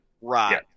Right